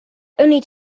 only